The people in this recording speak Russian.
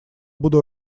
буду